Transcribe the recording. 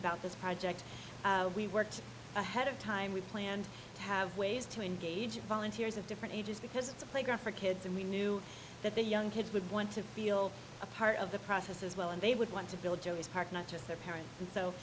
about this project we worked ahead of time we planned to have ways to engage volunteers of different ages because it's a playground for kids and we knew that the young kids would want to feel a part of the process as well and they would want to build joey's park not just their parents